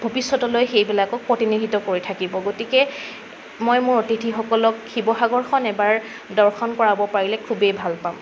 ভৱিষ্যতলৈ সেইবিলাকক প্ৰতিনিধিত্ব কৰি থাকিব গতিকে মই মোৰ অতিথিসকলক শিৱসাগৰখন এবাৰ দৰ্শন কৰাব পাৰিলে খুবেই ভাল পাম